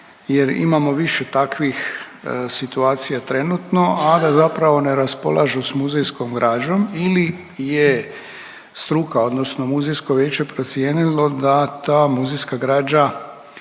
jer imamo više takvih situacija trenutno, a da zapravo ne raspolažu s muzejskom građom ili je struka odnosno Muzejsko vijeće procijenilo da ta muzejska građa